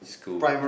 school